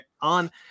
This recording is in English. on